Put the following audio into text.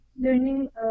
learning